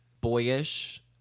boyish